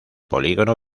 polígono